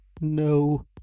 No